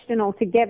altogether